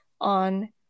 on